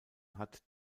hat